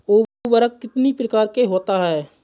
उर्वरक कितनी प्रकार के होता हैं?